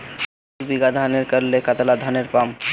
एक बीघा धानेर करले कतला धानेर पाम?